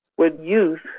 would youth,